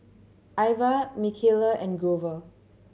Ivah Michaela and Grover